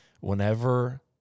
whenever